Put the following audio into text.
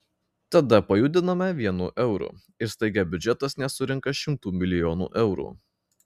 tada pajudiname vienu euru ir staiga biudžetas nesurenka šimtų milijonų eurų